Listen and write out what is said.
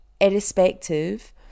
irrespective